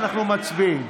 אנחנו מצביעים.